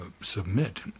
submit